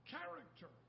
Character